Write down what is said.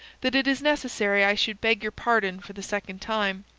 that it is necessary i should beg your pardon for the second time.